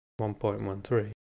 1.13